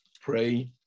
pray